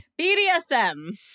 BDSM